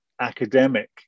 academic